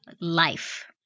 life